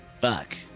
Fuck